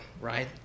right